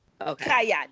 Okay